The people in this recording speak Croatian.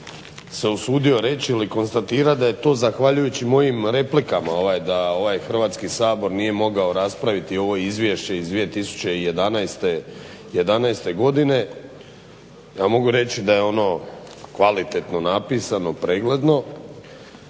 se usudio reći ili konstatirati da je to zahvaljujući mojim replikama, da ovaj Hrvatski sabor nije mogao raspraviti ovo izvješće iz 2011. godine. Ja mogu reći da je ono kvalitetno napisano, pregledno